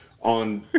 On